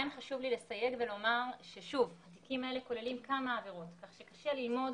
חשוב לי לסייג ולומר שהתיקים האלה כוללים כמה עבירות כך שקשה ללמוד